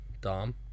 Dom